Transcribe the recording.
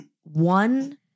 one-